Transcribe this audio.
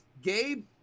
Gabe